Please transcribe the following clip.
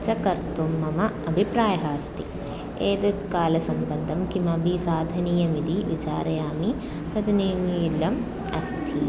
च कर्तुं मम अभिप्रायः अस्ति एतत् कालसम्बन्धं किमपि साधनीयमिति विचारयामि तत् निर्मलम् अस्ति